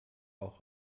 auch